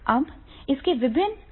अब इसके विभिन्न आयाम होंगे